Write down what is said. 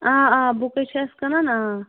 آ آ بُکٕے چھِ أسۍ کٕنان آ